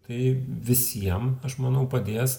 tai visiem aš manau padės